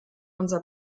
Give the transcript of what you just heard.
unser